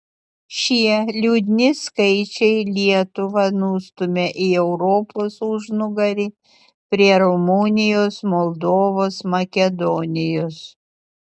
šie liūdni skaičiai lietuvą nustumia į europos užnugarį prie rumunijos moldovos makedonijos